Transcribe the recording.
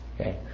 Okay